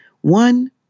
One